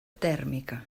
tèrmica